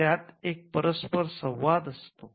त्यात एक परस्पर संवाद असतो